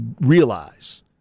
realize